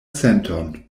senton